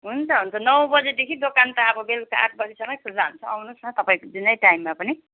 हुन्छ हुन्छ नौ बजीदेखि दोकान त अब बेलुका आठ बजीसम्मै खुल्ला हुन्छ आउनुहोस् न तपाईँ जुनै टाइममा पनि